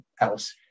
else